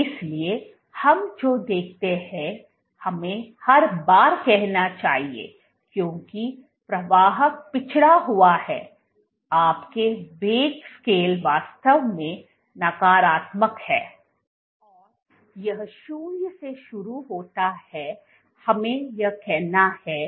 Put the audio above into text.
इसलिए हम जो देखते हैं हमें हर बार कहना चाहिए क्योंकि प्रवाह पिछड़ा हुआ है आपका वेग स्केल वास्तव में नकारात्मक है और यह 0 से शुरू होता है हमें यह कहना है 15 है या जो कुछ भी